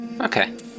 Okay